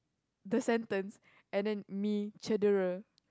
the sentence and then me cedera